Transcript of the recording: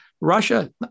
Russia